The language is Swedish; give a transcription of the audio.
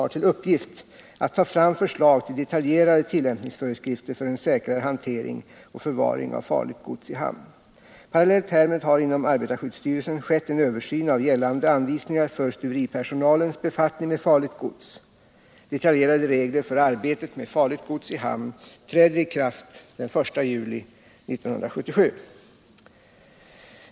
LL till uppgift att ta fram förslag till detaljerade tillämpningsföreskrifter för Om hanteringen av en säkrare hantering och förvaring av farligt gods i hamn. Parallellt här — miljöfarligt gods med har inom arbetarskyddsstyrelsen skett en översyn av gällande anvisningar för stuveripersonalens befattning med farligt gods. Detaljerade regler för arbetet med farligt gods i hamn träder i kraft den 1 juli 1977.